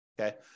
okay